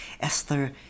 Esther